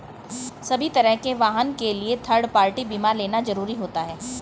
सभी तरह के वाहन के लिए थर्ड पार्टी बीमा लेना जरुरी होता है